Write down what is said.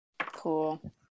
Cool